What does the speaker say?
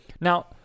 now